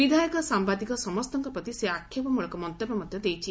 ବିଧାୟକ ସାମ୍ଘାଦିକ ସମ୍ପଙ୍କ ପ୍ରତି ସେ ଆକ୍ଷେପମ୍ଳକ ମନ୍ତବ୍ୟ ମଧ ଦେଇଛି